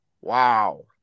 Wow